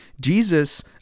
Jesus